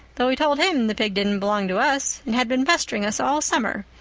though we told him the pig didn't belong to us, and had been pestering us all summer.